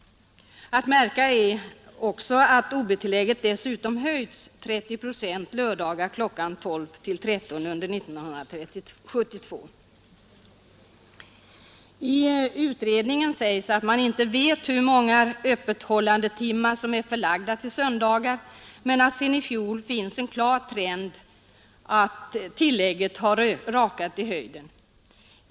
Att märka är dessutom att ob-tillägget på lördagar mellan kl. 12 och 13 under 1972 höjts med 30 procent. I utredningen sägs att man inte vet hur många öppethållandetimmar som är förlagda till söndagar, men att det sedan i fjol finns en klar trend att ob-tillägget har rakat i höjden.